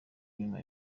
nyuma